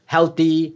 Healthy